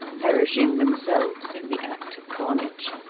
perishing themselves in the act of carnage.